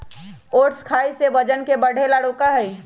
oats खाई से वजन के बढ़े से रोका हई